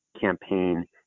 campaign